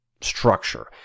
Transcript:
structure